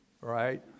right